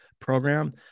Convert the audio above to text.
program